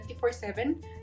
24-7